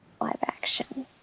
live-action